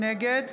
נגד